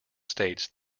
states